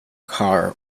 car